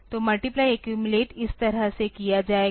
तो multiply accumulate इस तरह से किया जाएगा